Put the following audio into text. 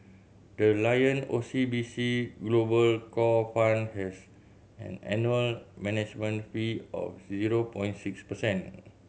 the Lion O C B C Global Core Fund has an annual management fee of zero points six percent